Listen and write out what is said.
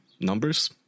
numbers